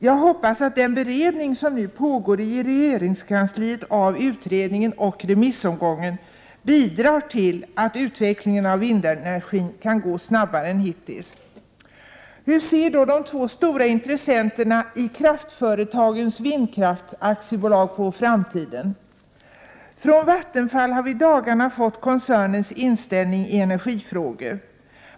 Jag hoppas att den beredning som nu pågår inom regeringskansliet av utredningen och remissomgången bidrar till att utvecklingen av vindenergin kan gå snabbare än hittills. Hur ser då de två stora intressenterna i Kraftföretagens Vindkraft AB på framtiden? Från Vattenfall har vi i dagarna fått koncernens redogörelse för dess inställning i energifrågor.